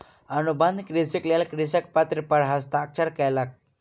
अनुबंध कृषिक लेल कृषक पत्र पर हस्ताक्षर कयलक